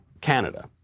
Canada